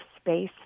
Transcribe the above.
space